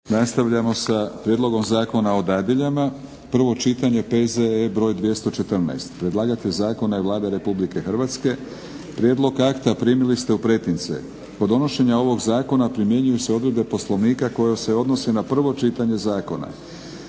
Nastavljamo sa: 8. Prijedlog zakona o dadiljama, prvo čitanje, PZE br. 214. Predlagatelj zakona je Vlada RH. Prijedlog akta primili ste u pretince. Kod donošenja ovog zakona primjenjuju se odredbe Poslovnika koje se odnose na prvo čitanje zakona.